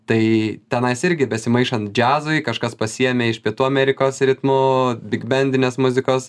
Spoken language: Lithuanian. tai tenais irgi besimaišant džiazui kažkas pasiėmė iš pietų amerikos ritmų bigbendinės muzikos